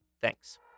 Thanks